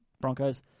Broncos